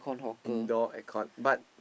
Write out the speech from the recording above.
indoor air con but